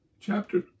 chapter